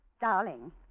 Darling